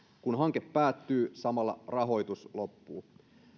kun hanke päättyy samalla rahoitus loppuu